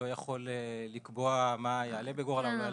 לא יכול לקבוע מה יעלה בגורלה --- כן,